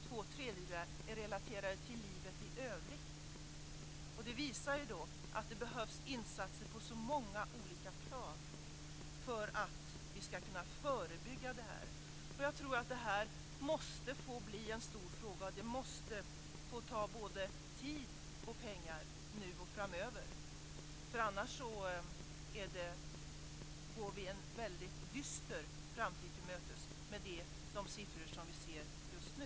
Två tredjedelar är relaterade till livet i övrigt. Det visar att det behövs insatser på så många olika plan för att vi ska kunna förebygga detta. Jag tror att det här måste få bli en stor fråga. Det måste få ta både tid och pengar nu och framöver. Annars går vi en väldigt dyster framtid till mötes med de siffror som vi ser just nu.